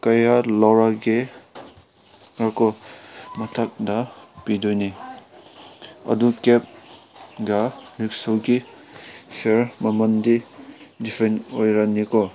ꯀꯌꯥ ꯂꯧꯔꯒꯦ ꯉꯥꯏꯈꯣ ꯃꯊꯛꯇ ꯄꯤꯗꯣꯏꯅꯤ ꯑꯗꯨ ꯀꯦꯞꯒ ꯔꯤꯛꯁꯣꯒꯤ ꯐꯤꯌꯥꯔ ꯃꯃꯟꯗꯤ ꯗꯤꯐ꯭ꯔꯦꯟ ꯑꯣꯏꯔꯅꯤꯀꯣ